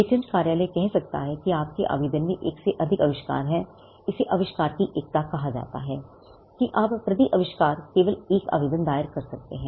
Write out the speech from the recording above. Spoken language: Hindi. पेटेंट कार्यालय कह सकता है कि आपके आवेदन में एक से अधिक आविष्कार हैं इसे आविष्कार की एकता कहा जाता है कि आप प्रति आविष्कार केवल एक आवेदन दायर कर सकते हैं